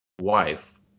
wife